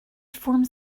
forms